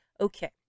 okay